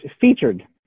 featured